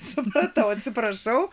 supratau atsiprašau